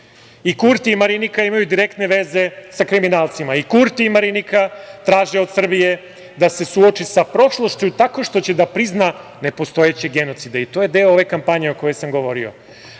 I Kurti i Marinika imaju direktne veze sa kriminalcima. I Kurti i Marinika traže od Srbije da se suoči sa prošlošću tako što će da prizna nepostojeće genocide. I to je deo ove kampanje o kojoj sam govorio.